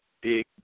big